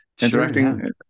interacting